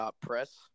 Press